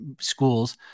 schools